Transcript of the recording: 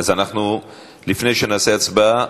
אז לפני שנצביע,